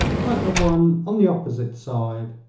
like the one on the opposite side.